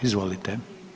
Izvolite.